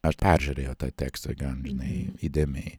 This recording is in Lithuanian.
aš peržiūrėjau tą tekstą gan žinai įdėmiai